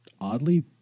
oddly